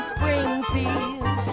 Springfield